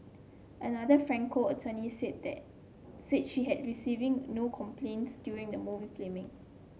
another Franco attorney said that said she had receiving no complaints during the movie filming